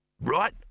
Right